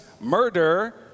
murder